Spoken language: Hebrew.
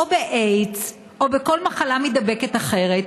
באיידס או בכל מחלה מידבקת אחרת,